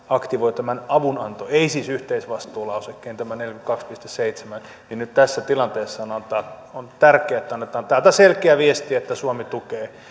aktivoi nimenomaan tämän avunanto ei siis yhteisvastuulausekkeen tämän neljänkymmenenkahden piste seitsemän niin nyt tässä tilanteessa on tärkeää että annetaan täältä selkeä viesti että suomi tukee